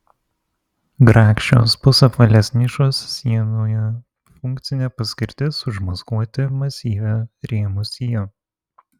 grakščios pusapvalės nišos sienoje funkcinė paskirtis užmaskuoti masyvią rėmų siją